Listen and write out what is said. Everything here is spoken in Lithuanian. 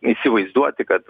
įsivaizduoti kad